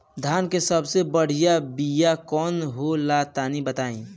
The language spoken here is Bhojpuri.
धान के सबसे बढ़िया बिया कौन हो ला तनि बाताई?